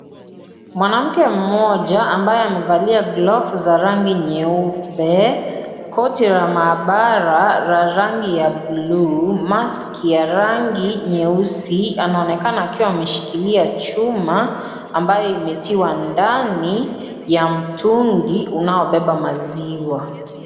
Mwanamke mmoja, ambaye amevalia glovu za rangi nyeupe, koti la mahabara la rangi ya buluu, maski ya rangi nyeusi. Anaonekana akiwa ameshikilia chuma, ambayo imetiwa ndani ya mtungi unaobeba maziwa.